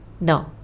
No